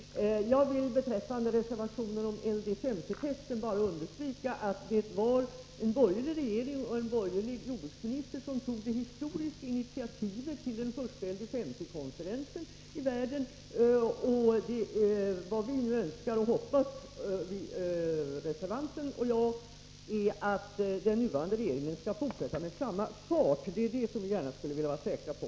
Fru talman! Jag vill beträffande reservationen om LDS50-testen bara understryka att det var en borgerlig regering under en borgerlig jordbruksminister som tog det historiska initiativet till den första LD 50-konferensen i världen. Vad reservanten och jag nu hoppas är att den nuvarande regeringen skall fortsätta med samma fart. Det skulle vi gärna vilja vara säkra på.